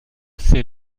c’est